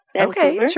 Okay